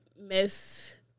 miss